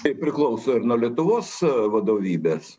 tai priklauso nuo ir lietuvos vadovybės